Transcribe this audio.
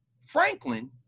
Franklin